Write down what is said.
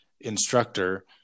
instructor